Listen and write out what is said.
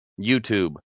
YouTube